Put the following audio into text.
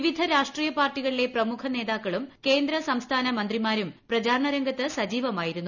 വിവിധ രാഷ്ട്രീയ പാർട്ടികളിലെ പ്രമുഖ നേതാക്കളും കേന്ദ്ര സംസ്ഥാന മന്ത്രിമാരും പ്രചാരണ രംഗത്ത് സജീവമായിരുന്നു